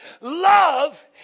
love